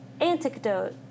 Antidote